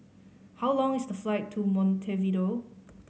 how long is the flight to Montevideo